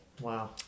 Wow